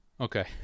okay